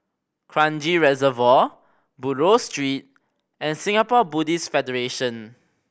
Kranji Reservoir Buroh Street and Singapore Buddhist Federation